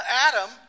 Adam